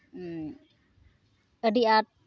ᱟᱹᱰᱤ ᱟᱸᱴ